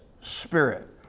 spirit